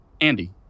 Andy